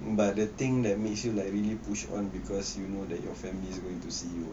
but the thing that makes you like really push on because you know that your family is going to see you